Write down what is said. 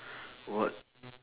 what